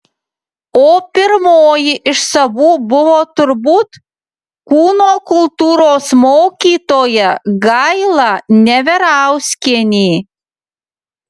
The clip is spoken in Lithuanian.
o pirmoji iš savų buvo turbūt kūno kultūros mokytoja gaila neverauskienė